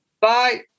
Bye